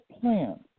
plan